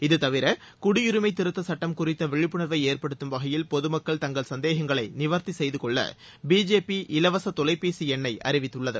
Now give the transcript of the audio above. இது த்தவிர குடியுரிமை திருத்தச் சுட்டம் குறித்த விழப்புணர்வை ஏற்படுத்தும் வகையில் பொதுமக்கள் தங்கள் சந்தேகங்களை நிவர்த்தி செய்து கொள்ள பிஜேபி இலவச தொலைபேசி எண்ணை அறிவித்துள்ளது